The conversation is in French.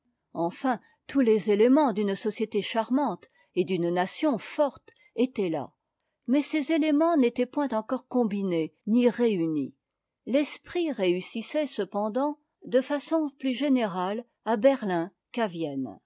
enfin tous les éléments d'une société charmante et d'une nation forte étaient là mais ces éléments n'étaient point encore combinés ni réunis l'esprit réussissait cependant d'une façon plus générale à berlin